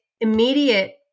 immediate